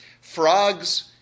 frogs